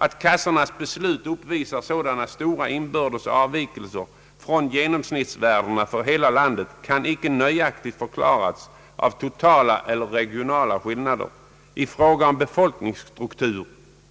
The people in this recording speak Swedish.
Att kassornas beslut uppvisar så dana stora inbördes avvikelser från genomsnittsvärdena för hela landet kan icke nöjaktigt förklaras av totala eller regionala skillnader i fråga om befolkningsstruktur